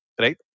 right